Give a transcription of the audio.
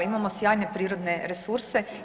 Imamo sjajne prirodne resurse.